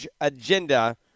agenda